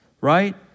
right